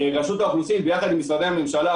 רשות האוכלוסין יחד עם משרדי הממשלה,